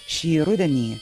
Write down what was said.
šį rudenį